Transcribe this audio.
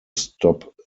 stop